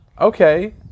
Okay